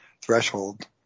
threshold